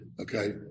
Okay